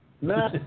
No